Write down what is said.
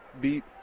beat